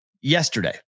Yesterday